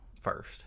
first